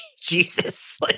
Jesus